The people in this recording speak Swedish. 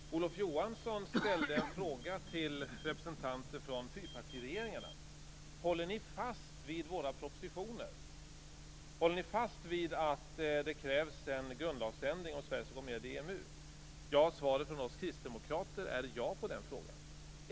Herr talman! Olof Johansson frågade representanterna för de partier som ingick i fyrpartiregeringen: Håller ni fast vid våra propositioner? Håller ni fast vid att det krävs en grundlagsändring om Sverige skall gå med i EMU? Svaret från oss kristdemokrater är ja.